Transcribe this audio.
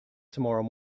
tomorrow